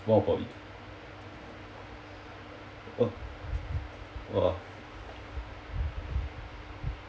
what about it oh !wah!